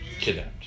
kidnapped